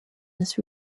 this